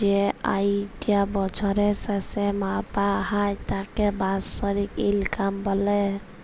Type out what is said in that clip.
যেই আয়িটা বছরের শেসে মাপা হ্যয় তাকে বাৎসরিক ইলকাম ব্যলে